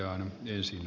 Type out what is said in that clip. kannatan ed